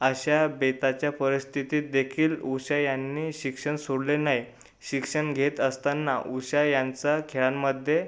अशा बेताच्या परिस्थितीतदेखील उषा यांनी शिक्षण सोडले नाही शिक्षण घेत असताना उषा यांचा खेळांमध्ये